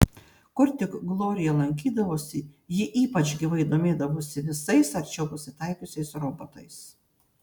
kur tik glorija lankydavosi ji ypač gyvai domėdavosi visais arčiau pasitaikiusiais robotais